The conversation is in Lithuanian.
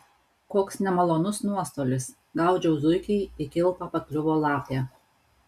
koks nemalonus nuostolis gaudžiau zuikį į kilpą pakliuvo lapė